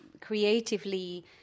creatively